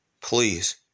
Please